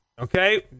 Okay